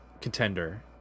contender